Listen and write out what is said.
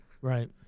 Right